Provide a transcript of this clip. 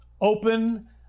open